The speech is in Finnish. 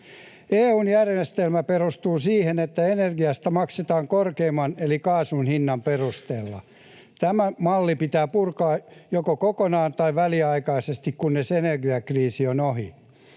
EU:n järjestelmä perustuu siihen, että energiasta maksetaan korkeimman eli kaasun hinnan perusteella. Tämä malli pitää purkaa joko kokonaan tai väliaikaisesti, kunnes energiakriisi on ohi.